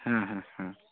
ହାଁ ହାଁ